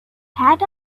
had